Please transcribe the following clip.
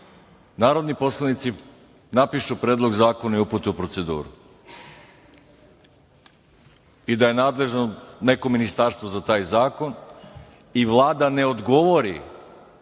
narodni poslanici napišu Predlog zakona i upute u proceduru i da je nadležno neko ministarstvo za taj zakon i Vlada ne odgovori